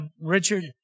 Richard